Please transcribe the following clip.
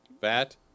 fat